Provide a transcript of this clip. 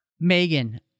Megan